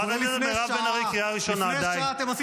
אתה לא